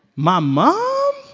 my mom,